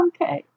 Okay